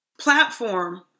platform